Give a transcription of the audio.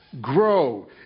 Grow